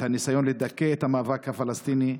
את הניסיון לדכא את המאבק הפלסטיני,